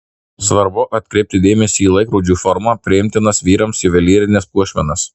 svarbu atkreipti dėmesį į laikrodžių formą priimtinas vyrams juvelyrines puošmenas